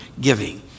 giving